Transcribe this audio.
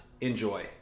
Enjoy